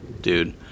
dude